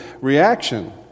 reaction